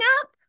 up